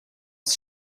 ist